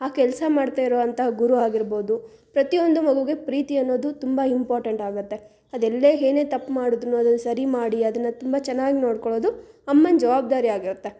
ಆ ಕೆಲಸ ಮಾಡ್ತಾ ಇರುವಂತ ಗುರು ಆಗಿರ್ಬೋದು ಪ್ರತಿಯೊಂದು ಮಗುಗೆ ಪ್ರೀತಿ ಅನ್ನೋದು ತುಂಬ ಇಂಪಾರ್ಟೆಂಟ್ ಆಗುತ್ತೆ ಅದು ಎಲ್ಲೇ ಏನೇ ತಪ್ಪು ಮಾಡಿದ್ರು ಅದನ್ನು ಸರಿ ಮಾಡಿ ಅದನ್ನು ತುಂಬ ಚೆನ್ನಾಗಿ ನೋಡಿಕೊಳ್ಳೋದು ಅಮ್ಮನ ಜವಾಬ್ದಾರಿ ಆಗಿರುತ್ತೆ